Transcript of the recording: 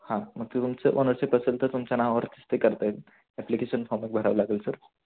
हां मग ते तुमचं ओनरशिप असेल तर तुमचं नावावरतीच ते करता येईल ॲप्लिकेशन फॉर्म एक भरावं लागेल सर